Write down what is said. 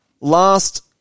Last